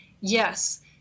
Yes